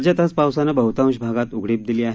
राज्यात आज पावसानं बहुतांश भागात उघडीप दिली आहे